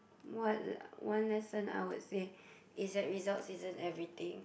what one lesson I would say is that results isn't everything